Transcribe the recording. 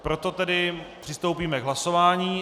Proto tedy přistoupíme k hlasování.